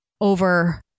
over